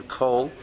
coal